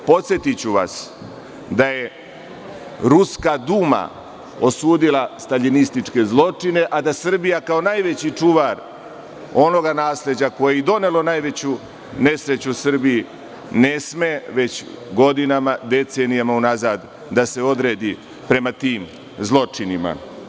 Podsetiću vas da je ruska Duma osudila staljinističke zločine, a da Srbija, kao najveći čuvar onoga nasleđa koje je i donelo najveću nesreću Srbiji, ne sme već godinama, decenijama unazad da se odredi prema tim zločinima.